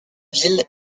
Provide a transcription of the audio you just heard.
ville